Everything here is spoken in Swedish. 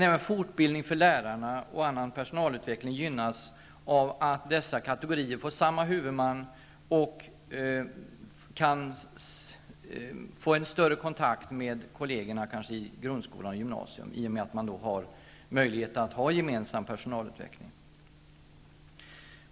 Även fortbildning för lärarna och annan personalutveckling gynnas av att dessa kategorier får samma huvudman och kanske större kontakt med kollegerna i grundskolan och gymnasium i och med att man har möjlighet att bedriva gemensam personalutveckling.